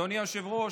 אדוני היושב-ראש,